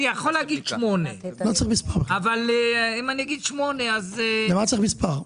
אני יכול להגיד שמונה אבל אם אני אגיד שמונה --- למה צריך מספר?